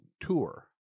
tour